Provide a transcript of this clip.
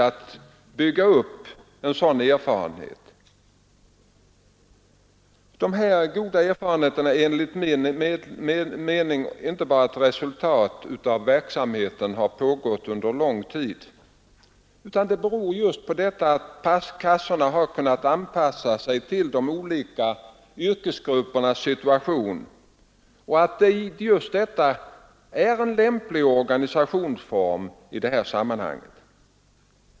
Enligt min mening är dessa goda erfarenheter inte bara ett resultat av den verksamhet som pågått under lång tid, utan de beror just på att kassorna kunnat anpassa sig till de olika yrkesgruppernas situation och att just detta är en lämplig organisationsform i det här sammanhanget.